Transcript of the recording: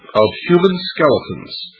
of human skeletons,